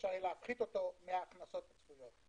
אפשר יהיה להפחיתו מההכנסות הצפויות.